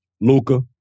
Luca